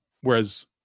whereas